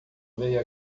veio